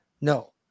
No